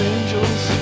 Angels